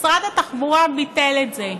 משרד התחבורה ביטל את זה.